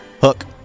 Hook